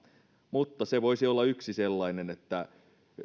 mutta se voisi olla yksi sellainen